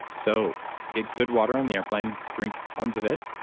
so get good water on the airplane, drink tons of it,